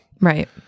right